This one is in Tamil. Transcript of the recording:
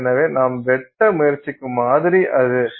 எனவே நாம் வெட்ட முயற்சிக்கும் மாதிரி அது